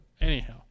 anyhow